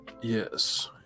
Yes